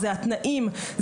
התנאים,